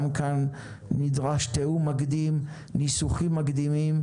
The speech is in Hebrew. גם כאן נדרש תיאום מקדים וניסוחים מקדימים